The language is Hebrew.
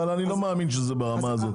אבל אני לא מאמין שזה ברמה הזאת.